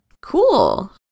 cool